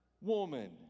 woman